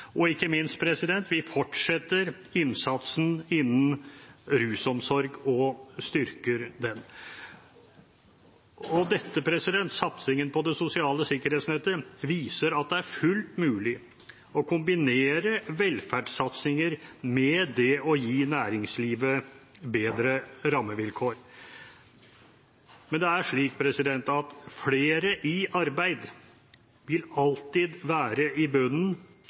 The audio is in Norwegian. og ikke minst fortsetter vi innsatsen innen rusomsorgen og styrker den. Satsingen på det sosiale sikkerhetsnettet viser at det er fullt mulig å kombinere velferdssatsinger med det å gi næringslivet bedre rammevilkår. Men det er slik at flere i arbeid vil alltid være i bunnen